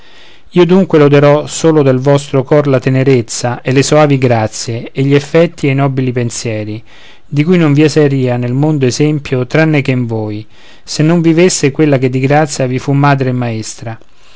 io dunque loderò solo del vostro core la tenerezza e le soavi grazie e gli affetti e i nobili pensieri di cui non vi saria nel mondo esempio tranne che in voi se non vivesse quella che di grazia vi fu madre e maestra